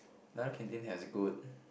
the other canteen has good